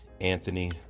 Anthony